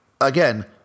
again